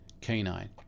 canine